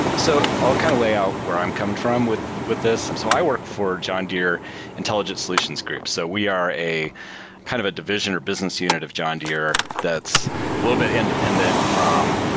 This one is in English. so i'll kind of layout where i'm coming from with with this. so i work for john deere intelligence solutions group. so we are a kind of a division or business unit of john deere that's a little bit independent from,